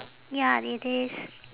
ya it is